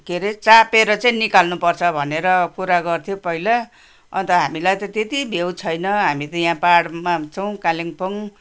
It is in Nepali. के अरे चापेर चाहिँ निकाल्नुपर्छ भनेर कुरा गर्थ्यो पहिला अन्त हामीलाई त त्यति भेउ छैन हामी त यहाँ पाहाडमा छौँ कालिम्पोङ